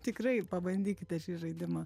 tikrai pabandykite šį žaidimą